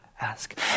ask